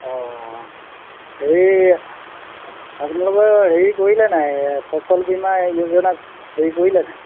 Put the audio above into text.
অঁ এই আপোনালোকৰ হেৰি কৰিলে নাই ফচল বীমা এই যোজনাত হেৰি কৰিলে নাই